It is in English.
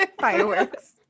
fireworks